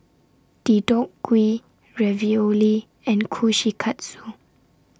Deodeok Gui Ravioli and Kushikatsu